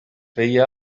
feia